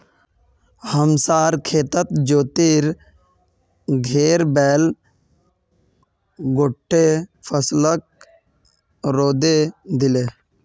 हमसार खेतत ज्योतिर घेर बैल गोट्टे फसलक रौंदे दिले